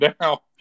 now